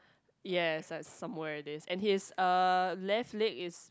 yes that's somewhere it is and he's uh left leg is